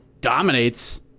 dominates